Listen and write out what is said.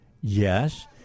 Yes